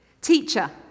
Teacher